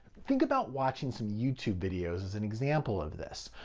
think about watching some youtube videos as an example of this.